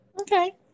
Okay